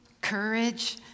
courage